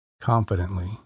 confidently